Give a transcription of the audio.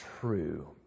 True